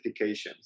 certifications